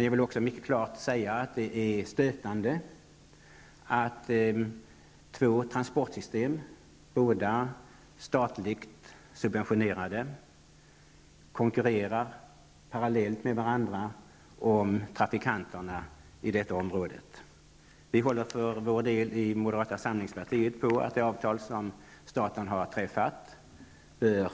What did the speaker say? Jag vill dock mycket klart säga att det är stötande att man har två statligt subventionerade trafiksystem som konkurrerar parallellt med varandra om trafikanterna i detta område. Vi i moderata samlingspartiet anser att det avtal som staten har träffat bör